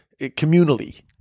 communally